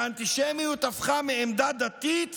והאנטישמיות הפכה מעמדה דתית